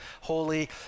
holy